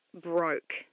broke